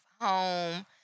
home